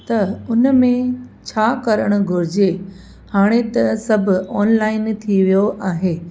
त उन में छा करणु घुरिजे हाणे त सभु ऑनलाइन थी वियो आहे